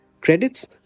Credits